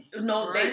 no